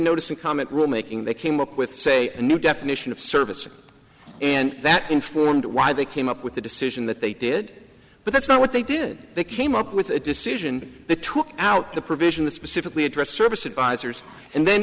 notice and comment rule making they came up with say a new definition of services and that influence why they came up with the decision that they did but that's not what they did they came up with a decision they took out the provision that specifically address service advisors and then